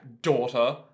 daughter